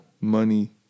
money